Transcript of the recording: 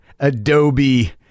Adobe